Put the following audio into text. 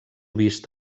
vist